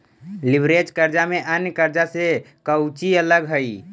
Leverage कर्जा में अन्य कर्जा से कउची अलग हई?